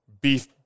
beef